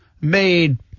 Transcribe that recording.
made